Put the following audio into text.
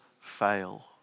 fail